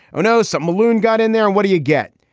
oh no such. maloon got in there. and what do you get?